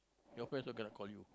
your friend also cannot call you